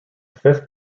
fifth